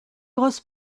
grosse